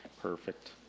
Perfect